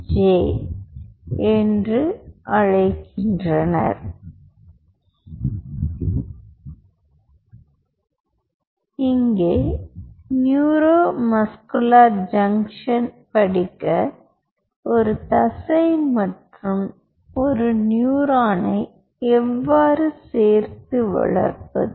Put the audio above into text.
J என்று அழைக்கின்றனர் இங்கே நியூரோ மஸ்குலர் ஜங்ஷன் படிக்க ஒரு தசை மற்றும் ஒரு நியூரானை எவ்வாறு சேர்த்து வளர்ப்பது